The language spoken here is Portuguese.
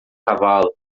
cavalo